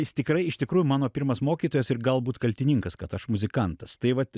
jis tikrai iš tikrųjų mano pirmas mokytojas ir galbūt kaltininkas kad aš muzikantas tai vat